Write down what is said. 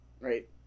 right